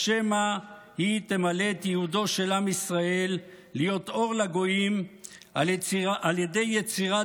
או שמא היא תמלא את ייעודו של עם ישראל להיות אור לגויים על ידי יצירת